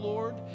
Lord